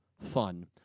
fun